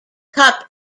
cup